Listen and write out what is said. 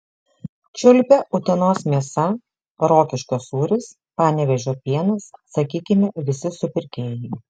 čiulpia utenos mėsa rokiškio sūris panevėžio pienas sakykime visi supirkėjai